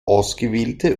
ausgewählte